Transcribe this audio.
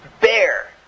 bear